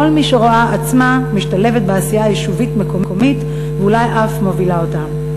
לכל מי שרואה עצמה משתלבת בעשייה היישובית-מקומית ואולי אף מובילה אותה.